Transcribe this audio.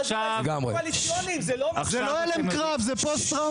החבר'ה האלה לא מבינים שאני הלום קרב כמוהם.